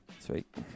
sweet